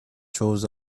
chose